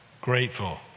grateful